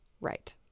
right